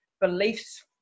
beliefs